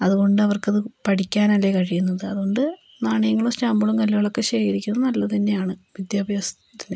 അതുകൊണ്ടവർക്കത് പഠിക്കാനല്ലേ കഴിയുന്നത് അതുകൊണ്ട് നാണയങ്ങളും സ്റ്റാമ്പുകളും കല്ലുകളൊക്കെ ശേഖരിക്കുന്നത് നല്ലത് തന്നെയാണ് വിദ്യാഭ്യാസത്തിന്